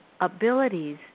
abilities